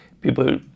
People